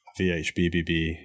VHBBB